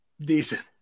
decent